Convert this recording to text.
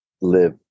live